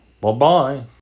Bye-bye